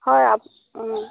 হয় আপ